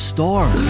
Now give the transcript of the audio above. Storm